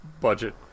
budget